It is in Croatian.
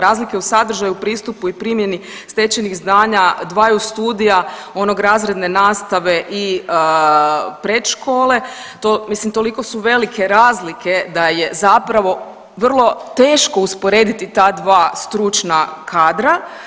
Razlike u sadržaju, pristupu i primjeni stečenih znanja dvaju studija onog razredne nastave i predškole mislim toliko su velike razlike da je zapravo vrlo teško usporediti ta dva stručna kadra.